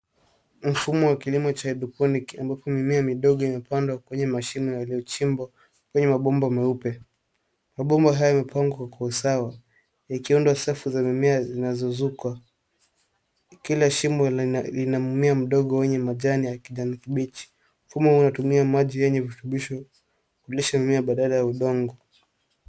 Mfumo wa kilimo cha hydroponic ambapo mimea midogo imepandwa kwenye mashimo yaliyochimbwa kwenye mabomba meupe. Mabomba hayo yamepangwa kwa usawa, yakiundwa safu za mimea zinazozukwa. Kila shimo lina mimea mdogo wenye majani ya kijani kibichi. Mfumo huu unatumia maji yenye virutubisho mingi badala ya udongo.